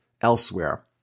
elsewhere